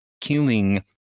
killing